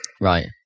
right